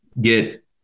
get